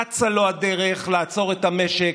אצה לו הדרך לעצור את המשק,